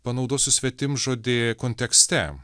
panaudosiu svetimžodį kontekste